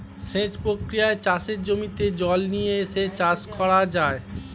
সেচ প্রক্রিয়ায় চাষের জমিতে জল নিয়ে এসে চাষ করা যায়